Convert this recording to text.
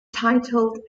titled